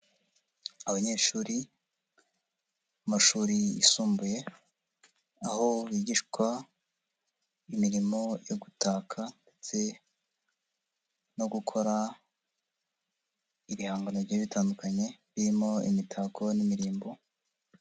Abanyeshuri mu mashuri yisumbuye aho bigishwa imirimo yo gutaka ndetse no gukora ibihangano bigiye bitandukanye birimo imitako n'imirimbo.